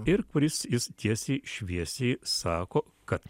ir kuris jis tiesiai šviesiai sako kad